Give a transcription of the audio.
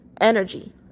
energy